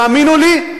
תאמינו לי,